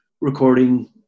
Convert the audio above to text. recording